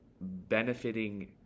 benefiting